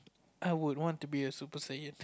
I would want to be a super cyan